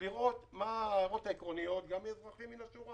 לראות מה ההערות העקרוניות גם מאזרחים מן השורה